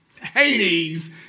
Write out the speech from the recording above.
Hades